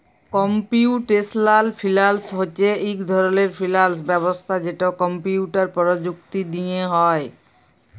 computational finance হছে ইক ধরলের ফিল্যাল্স ব্যবস্থা যেট কম্পিউটার পরযুক্তি দিঁয়ে হ্যয়